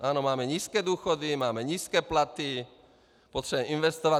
Ano, máme nízké důchody, máme nízké platy, potřebujeme investovat.